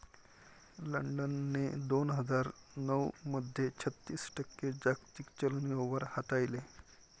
लंडनने दोन हजार नऊ मध्ये छत्तीस टक्के जागतिक चलन व्यवहार हाताळले